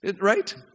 Right